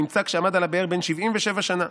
נמצא כשעמד על הבאר בן שבעים ושבע שנה.